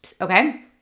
Okay